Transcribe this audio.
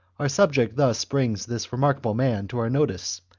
our subject thus brings this remarkable man to our notice,